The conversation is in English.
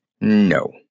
No